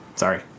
Sorry